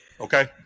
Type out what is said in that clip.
Okay